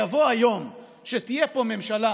יבוא היום שתהיה פה ממשלה